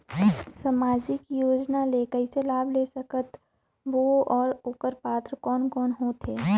समाजिक योजना ले कइसे लाभ ले सकत बो और ओकर पात्र कोन कोन हो थे?